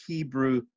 Hebrew